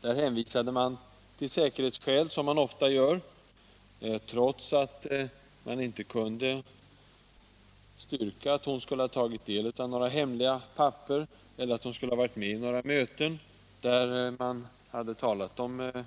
Där hänvisade man till säkerhetsskäl, som man ofta gör, trots att man inte kunde styrka att hon skulle ha tagit del av några hemliga papper eller ha varit med vid några möten där man hade talat om